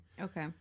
Okay